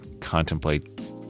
contemplate